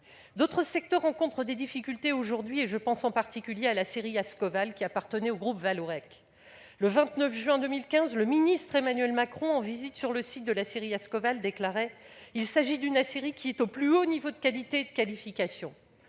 D'autres secteurs rencontrent des difficultés- je pense en particulier à l'aciérie Ascoval, qui appartenait au groupe Vallourec. Le 29 juin 2015, le ministre Emmanuel Macron, en visite sur le site de l'aciérie Ascoval, déclarait :« Il s'agit d'une aciérie qui est au plus haut niveau de qualité et de qualification.